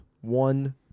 one